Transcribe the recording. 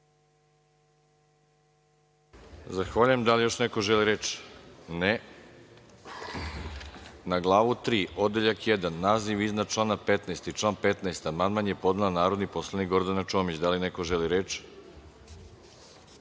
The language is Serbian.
Zahvaljujem. Da li još neko želi reč? (Ne.)Na glavu 3, odeljak 1, naziv člana 15. i član 15. amandman je podnela narodni poslanik Gordana Čomić. Da li neko želi reč?